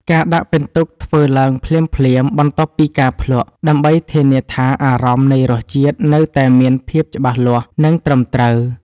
ការដាក់ពិន្ទុគួរធ្វើឡើងភ្លាមៗបន្ទាប់ពីការភ្លក្ស ដើម្បីធានាថាអារម្មណ៍នៃរសជាតិនៅតែមានភាពច្បាស់លាស់ និងត្រឹមត្រូវ។